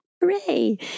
Hooray